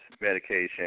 medication